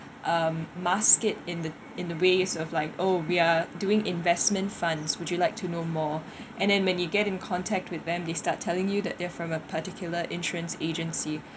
um mask it in the in the ways of like oh we are doing investment funds would you like to know more and then when you get in contact with them they start telling you that they're from a particular insurance agency